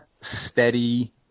steady